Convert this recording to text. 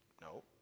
No